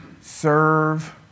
serve